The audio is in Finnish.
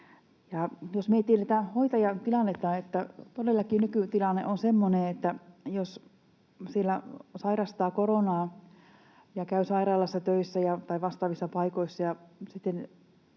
Jos ei tiedetä hoitajan tilannetta, todellakin nykytilanne on semmoinen, että jos sairastaa koronaa ja käy sairaalassa tai vastaavissa paikoissa